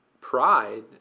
pride